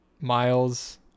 Miles